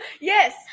Yes